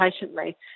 patiently